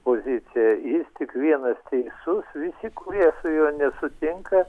pozicija jis tik vienas teisus visi kurie su juo nesutinka